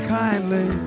kindly